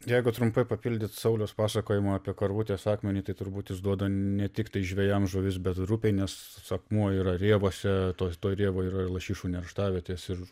jeigu trumpai papildyt sauliaus pasakojimą apie karvutės akmenį tai turbūt jis duoda ne tiktai žvejam žuvis bet ir upei nes akmuo yra rėvose to toj rėvoj yra ir lašišų nerštavietės ir